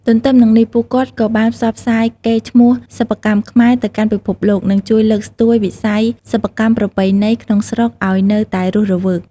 ទទ្ទឹមនឹងនេះ ពួកគាត់ក៏បានផ្សព្វផ្សាយកេរ្តិ៍ឈ្មោះសិប្បកម្មខ្មែរទៅកាន់ពិភពលោក និងជួយលើកស្ទួយវិស័យសិប្បកម្មប្រពៃណីក្នុងស្រុកឱ្យនៅតែរស់រវើក។